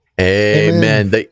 amen